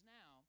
now